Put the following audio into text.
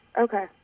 Okay